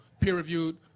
peer-reviewed